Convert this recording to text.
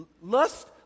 lust